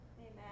Amen